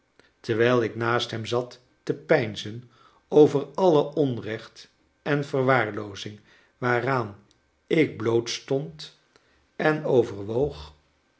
terwijl ik naast hem zat te peinzen over alle onrecht en verwaarloozing waaraan ik blootstond en overwoog